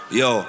yo